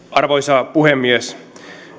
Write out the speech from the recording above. arvoisa puhemies